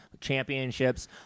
championships